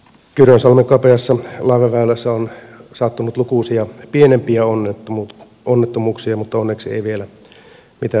kyrönsalmen kapeassa laivaväylässä on sattunut lukuisia pienempiä onnettomuuksia mutta onneksi ei vielä mitään isompaa